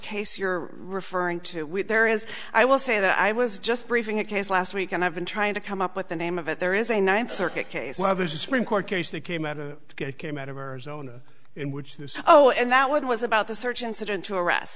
case you're referring to when there is i will say that i was just briefing a case last week and i've been trying to come up with the name of it there is a ninth circuit case where there's a supreme court case that came out a good came out of arizona in which this oh and that one was about the search incident to ar